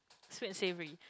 sweet and savoury